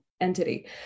entity